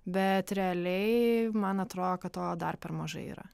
bet realiai man atrodo kad to dar per mažai yra